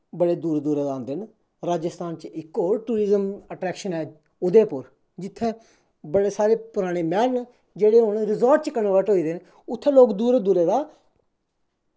बड़े दूरा दूरा दा औंदे न राजस्थान च इक होर टूरिज़म अट्रैक्शन ऐ उदयपुर जित्थें बड़े सारे पराने मैहल न जेह्ड़े हून रिज़ाट च कनवर्ट होई गेदे न उत्थें लोग दूरा दूरा दा